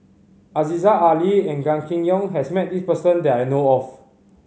Aziza Ali and Gan Kim Yong has met this person that I know of